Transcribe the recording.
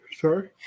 sorry